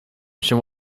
się